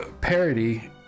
parody